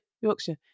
yorkshire